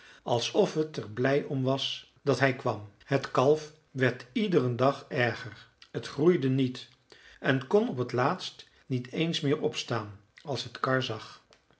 alsof het er blij om was dat hij kwam het kalf werd iederen dag erger het groeide niet en kon op het laatst niet eens meer opstaan als het karr zag